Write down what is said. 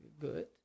good